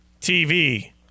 TV